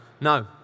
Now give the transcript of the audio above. no